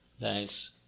Thanks